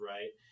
Right